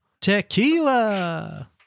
Tequila